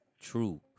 True